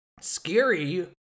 scary